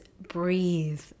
breathe